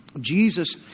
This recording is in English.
Jesus